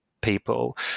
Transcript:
people